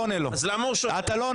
לא, אתה לא בזכות דיבור, זאב.